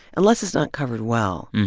unless it's not covered well,